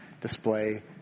display